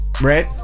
Red